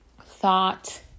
thought